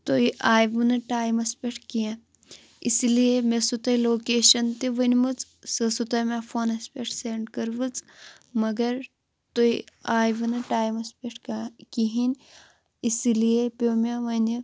تُہۍ آیوٕ نہٕ ٹایِمس پٮ۪ٹھ کینٛہہ اِسلِیے مےٚ ٲسوٕ تۄہہِ لوکیشن تہِ ؤنۍمٕژ سۄ آسوٕ تۄہہِ مےٚ فونَس پٮ۪ٹھ سینڈ کٔرمٕژ مَگر تُہۍ آیوٕ نہٕ ٹایمَس پٮ۪ٹھ کا کِہِنۍ اِسلِیے پیو مےٚ وۄنۍ